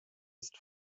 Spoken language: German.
ist